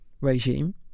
regime